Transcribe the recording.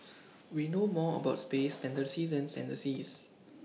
we know more about space than the seasons and the seas